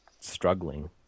struggling